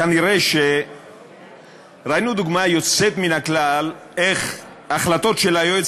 כנראה ראינו דוגמה יוצאת מן הכלל איך החלטות של היועץ